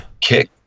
kick